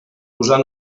usar